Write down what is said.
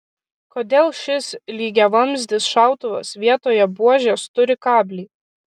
kodėl šis lygiavamzdis šautuvas vietoje buožės turi kablį